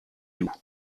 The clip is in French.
loups